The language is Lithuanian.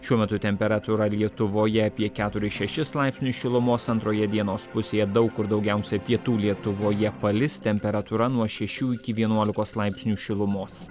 šiuo metu temperatūra lietuvoje apie keturis šešis laipsnius šilumos antroje dienos pusėje daug kur daugiausia pietų lietuvoje palis temperatūra nuo šešių iki vienuolikos laipsnių šilumos